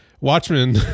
Watchmen